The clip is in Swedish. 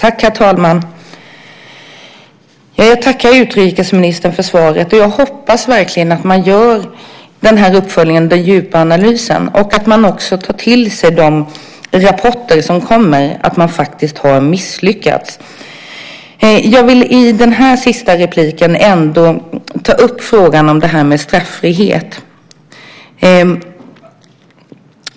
Herr talman! Jag tackar utrikesministern för svaret, och jag hoppas att man verkligen gör en uppföljning och en djup analys och också tar till sig de rapporter som kommer om att det faktiskt har misslyckats. Jag vill i den här sista repliken ändå ta upp frågan om straffrihet.